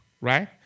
right